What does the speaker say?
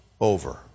over